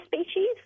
species